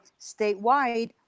statewide